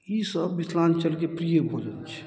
ई सब मिथिलाञ्चलके प्रिय भोजन छै